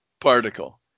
particle